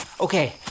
Okay